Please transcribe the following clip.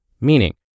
meaning